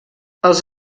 els